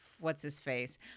what's-his-face